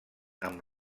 amb